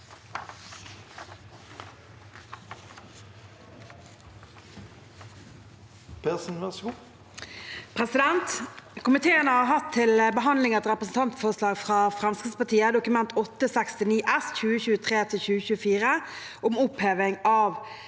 Komiteen har hatt til behandling et representantforslag fra Fremskrittspartiet, Dokument 8:69 S for 2023–2024, om oppheving av